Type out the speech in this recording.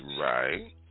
Right